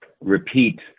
repeat